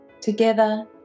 Together